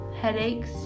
headaches